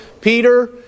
Peter